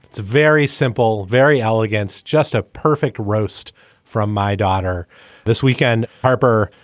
it's very simple, very elegant. just a perfect roast from my daughter this weekend harper,